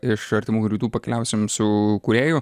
iš artimųjų rytų pakeliausim su kūrėju